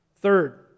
Third